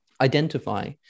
identify